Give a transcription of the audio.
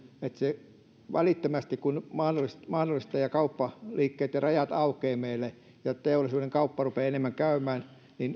että välittömästi kun on mahdollista ja kauppa ja rajat aukeavat meille ja teollisuuden kauppa rupeaa enemmän käymään